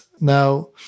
Now